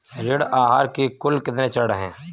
ऋण आहार के कुल कितने चरण हैं?